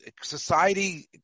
Society